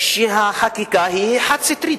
שהחקיקה היא חד-סטרית.